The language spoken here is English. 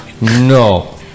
No